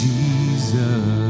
Jesus